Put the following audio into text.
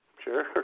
Sure